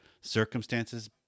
circumstances